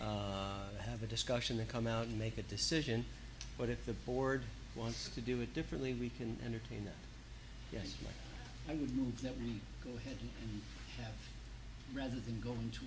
have a discussion to come out and make a decision but if the board wants to do it differently we can entertain that yes i would move that we go ahead and have rather than go in